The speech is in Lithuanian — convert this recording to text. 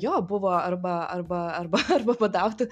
jo buvo arba arba arba arba badauti